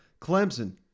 Clemson